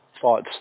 thoughts